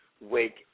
Wake